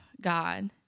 God